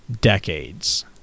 decades